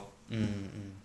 mm mm